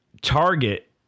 Target